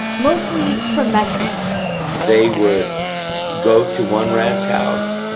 mostly from mexico they would go to one ranch house,